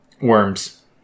Worms